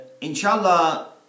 Inshallah